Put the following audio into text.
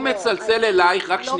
הוא מצלצל אלייך --- לא.